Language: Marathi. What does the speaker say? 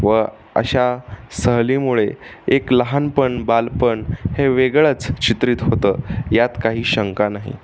व अशा सहलीमुळे एक लहानपण बालपण हे वेगळंच चित्रित होतं यात काही शंका नाही